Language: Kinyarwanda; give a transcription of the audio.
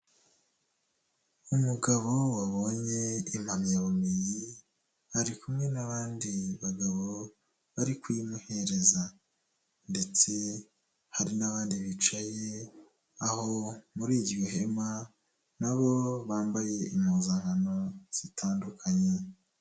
Umugabo wabonye impamyabumenyi, ari kumwe n'abandi bagabo, bari kuyimuhereza ndetse hari n'abandi bicaye aho, muri iryo hema nabo bambaye impuzankano zitandukanye.